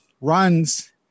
runs